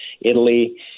Italy